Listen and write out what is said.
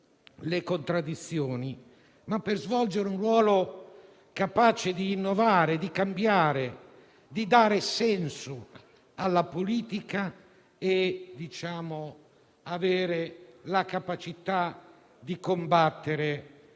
le contraddizioni, ma per svolgere un ruolo capace di innovare, di cambiare, di dare senso alla politica e di combattere